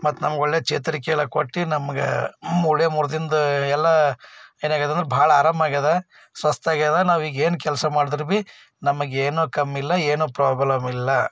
ಮತ್ತೆ ನಮ್ಗೆ ಒಳ್ಳೆ ಚೇತರಿಕೆ ಎಲ್ಲ ಕೊಟ್ಟು ನಮ್ಗೆ ಮೂಳೆ ಮುರ್ದಿದ್ದು ಎಲ್ಲ ಏನಾಗಿದಂದ್ರೆ ಭಾಳ ಆರಾಮ ಆಗಿದೆ ಸ್ವಸ್ತ ಆಗಿದೆ ನಾವೀಗ ಏನು ಕೆಲಸ ಮಾಡಿದ್ರೆ ಭೀ ನಮಗೇನು ಕಮ್ಮಿಲ್ಲ ಏನೂ ಪ್ರಾಬ್ಲಮ್ ಇಲ್ಲ